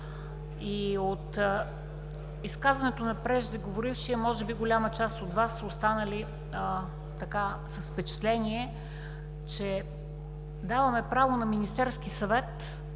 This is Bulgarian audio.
От изказването на преждеговорившия може би голяма част от Вас са останали с впечатление, че даваме право на Министерския съвет